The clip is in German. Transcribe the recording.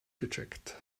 gecheckt